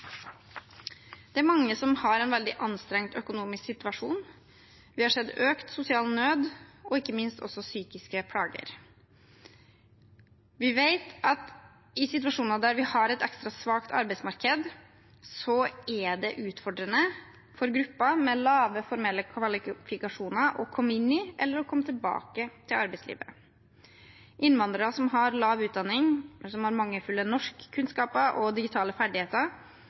Det er mange som har en veldig anstrengt økonomisk situasjon. Vi har sett økt sosial nød og ikke minst psykiske plager. Vi vet at i situasjoner hvor vi har et ekstra svakt arbeidsmarked, er det utfordrende for grupper med lave formelle kvalifikasjoner å komme inn i eller komme tilbake til arbeidslivet. Innvandrere som har lav utdanning, mangelfulle norskkunnskaper og digitale ferdigheter,